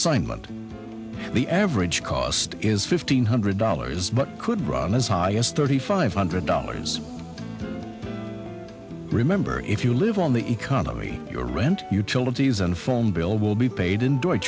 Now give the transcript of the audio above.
assignment the average cost is fifteen hundred dollars but could run as high as thirty five hundred dollars remember if you live on the economy your rent utilities and phone bill will be paid